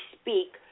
speak